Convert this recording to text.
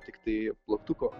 tiktai plaktuko